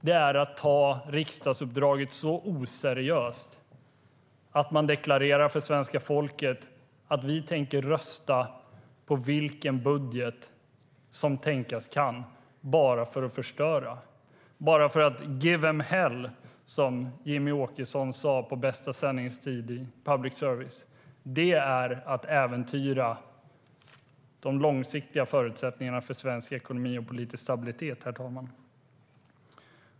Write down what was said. Det är att ta riksdagsuppdraget så oseriöst att man deklarerar för svenska folket att man tänker rösta på vilken budget som tänkas kan bara för att förstöra - bara för att give them hell, som Jimmie Åkesson sa på bästa sändningstid i public service. Det är, herr talman, att äventyra de långsiktiga förutsättningarna för svensk ekonomi och politisk stabilitet.